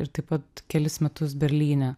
ir taip pat kelis metus berlyne